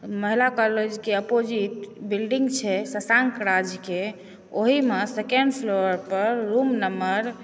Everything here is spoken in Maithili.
महिला कॉलेजके ऑपोजिट बिल्डिंग छै शशाँक राजकेँ ओहिमे सेकेण्ड फ्लोर पर रुम नम्बर